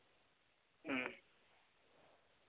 ᱦᱮᱸ